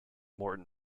morton